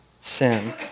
sin